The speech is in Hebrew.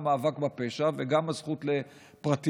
המאבק בפשע וגם הזכות לפרטיות,